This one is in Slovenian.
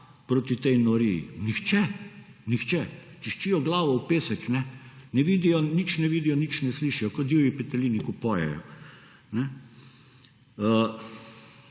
proti tej noriji? Nihče. Tiščijo glavo v pesek, nič ne vidijo, nič ne slišijo, kot divji petelini ko pojejo.